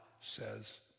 says